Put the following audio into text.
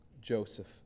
Joseph